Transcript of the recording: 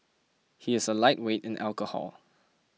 he is a lightweight in alcohol